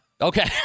Okay